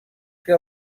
que